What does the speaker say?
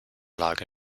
lage